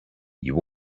you